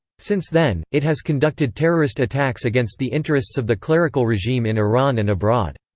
since then, it has conducted terrorist attacks against the interests of the clerical regime in iran and abroad.